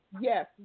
yes